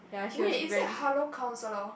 wait is that Hello-Counselor